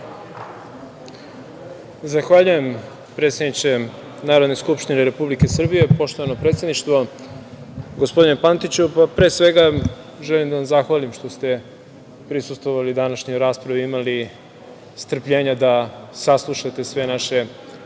Zahvaljujem predsedniče Narodne skupštine Republike Srbije. Poštovano predsedništvo, gospodine Pantiću, pre svega želim da vam zahvalim što ste prisustvovali današnjoj raspravi i imali strpljenja da saslušate sve naše